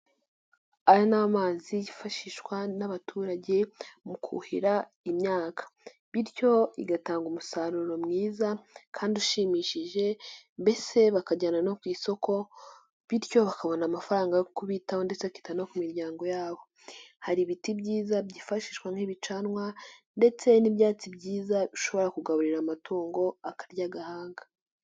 Aya ni amazi yifashishwa n'abaturage mu kuhira imyaka, bityo igatanga umusaruro mwiza kandi ushimishije, mbese bakajyana no ku isoko bityo bakabona amafaranga yo kubitaho ndetse akita no ku miryango yabo. Hari ibiti byiza byifashishwa nk'ibicanwa ndetse n'ibyatsi byiza bishobora kugaburira amatungo akarya agahaga.